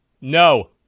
No